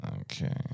Okay